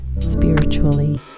spiritually